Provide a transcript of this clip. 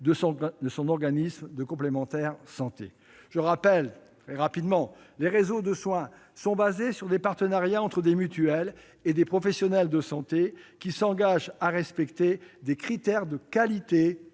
de son organisme de complémentaire santé. Je le rappelle rapidement : les réseaux de soins sont fondés sur des partenariats entre des mutuelles et des professionnels de santé qui s'engagent à respecter des critères de qualité